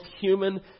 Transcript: human